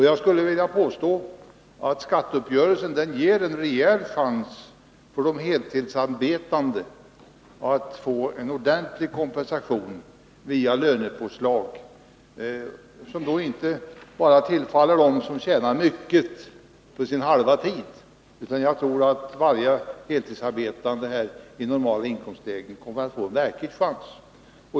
Jag skulle vilja påstå att skatteuppgörelsen ger en rejäl chans för de heltidsarbetande att få en ordentlig kompensation via lönepåslag — som då inte bara tillfaller dem som tjänar mycket på sin halva arbetstid. Jag tror i stället att varje heltidsarbetande i normala inkomstlägen här kommer att få en verklig chans.